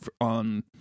on